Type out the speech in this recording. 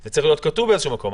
זה צריך להיות כתוב באיזה מקום.